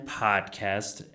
podcast